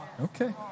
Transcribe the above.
Okay